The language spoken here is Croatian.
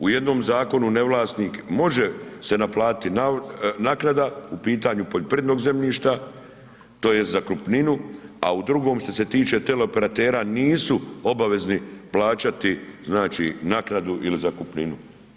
U jednom zakonu nevlasnik može se naplatiti naknada u pitanju poljoprivrednog zemljišta, tj. zakupninu, a u drugom, što se tiče teleoperatera, nisu obavezni plaćati naknadu ili zakupninu.